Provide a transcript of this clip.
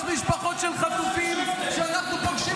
יש משפחות של חטופים שאנחנו פוגשים,